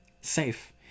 Safe